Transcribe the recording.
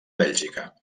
bèlgica